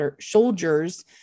soldiers